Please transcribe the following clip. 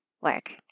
work